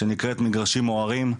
שנקראת מגרשים מוארים.